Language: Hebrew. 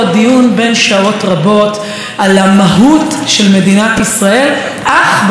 רבות על המהות של מדינת ישראל אך במושב הקודם.